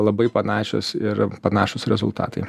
labai panašios ir panašūs rezultatai